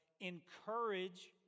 encourage